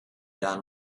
down